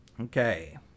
Okay